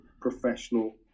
professional